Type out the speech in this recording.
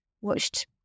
watched